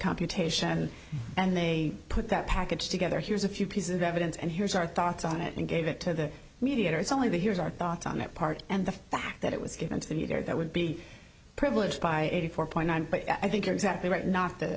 computation and they put that package together here's a few pieces of evidence and here's our thoughts on it and gave it to the mediator it's only the here's our thoughts on that part and the fact that it was given to you there that would be privileged by eighty four point nine but i think you're exactly right not th